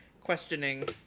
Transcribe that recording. questioning